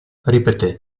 ripeté